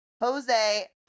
Jose